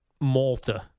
Malta